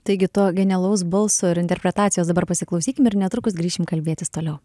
taigi to genialaus balso ir interpretacijos dabar pasiklausykim ir netrukus grįšim kalbėtis toliau